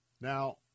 Now